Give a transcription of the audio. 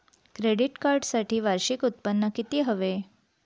Credit कार्डसाठी वार्षिक उत्त्पन्न किती हवे?